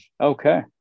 Okay